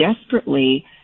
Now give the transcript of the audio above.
desperately